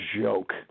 joke